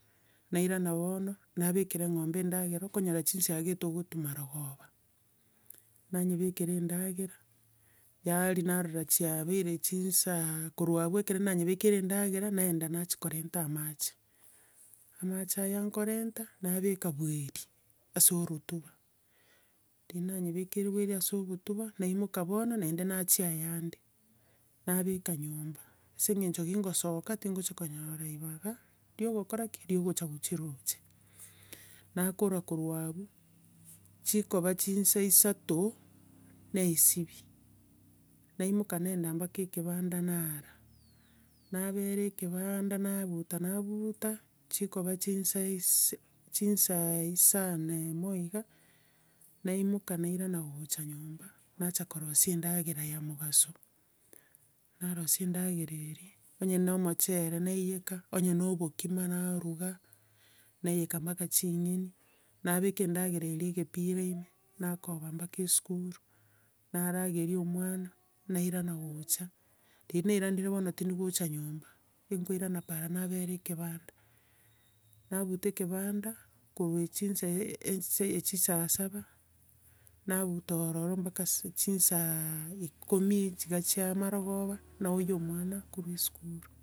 Nairana bono, nabekera eng'obe endagera, okonyora chisiaga etogotwa marogoba, nanyebekera endagera, yaaria narora chiabere chinsaa, korwa abwo ekero nanyebekeire endagera, nagenda nachia korenta amache, amache aya nkorenta, nabeka bwa eeri ase obotuba, riria nanyebekire bwa eeri ase obotuba, naimoka bono naende nachia ayande. Nabeka nyomba ase eng'encho kingosoka, tingochia konyora ribaga, ria ogokora ki? Ria ogocha kochirusia. Nakora korwa abwo, chikoba nchinsa isato, naesibia. Naimoka nagenda mpaka ekebanda, naara, nabera ekebanda, nabuta nabuuuta, chikoba chinsa isa chinsaa isa nemo iga, naimoka nairana gocha nyomba, nacha korosia endagera ya mogaso. Narosia endagera eria, onye na omochere, naiyeka, onya no obokima naruga, naiyeka mpaka ching'eni, nabeka endagera eria egepira ime, nakoba mbaka esukuru, narageria omwana, nairana gocha, riria nairanire bono tindigocha nyomba, nkoirana para nabera ekebanda. Nabuta ekebanda, korwa chinsa eee- ensa- echi saa saba, nabuta ororo mpaka sa- chinsaaa ikomi iga chia marogoba, naoiywa omwana korwa esukuru.